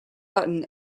button